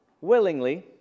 willingly